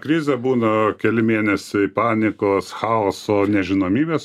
krizę būna keli mėnesiai panikos chaoso nežinomybės